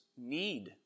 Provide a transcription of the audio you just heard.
need